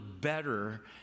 better